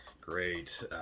great